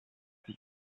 sich